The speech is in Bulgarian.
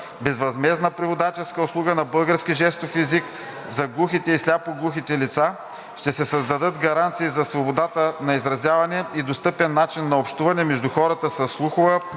безвъзмездна преводаческа услуга на български жестов език за глухите и сляпо-глухите лица, ще се създадат гаранции за свободата на изразяване и достъпен начин на общуване между хората със слухова